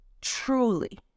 Truly